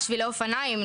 שבילי אופניים,